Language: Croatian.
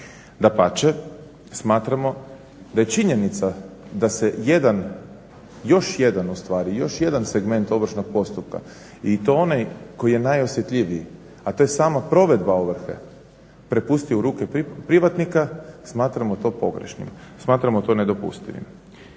Dapače, smatramo da je činjenica da se još jedan ostvari, još jedan segment ovršnog postupka i to onaj koji je najosjetljiviji, a to je sama provedba ovrhe prepusti u ruke privatnika smatramo to pogrešnim, smatramo to nedopustivim.